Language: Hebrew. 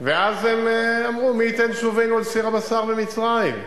הם אמרו: מי ייתן שובנו אל סיר הבשר במצרים.